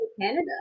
Canada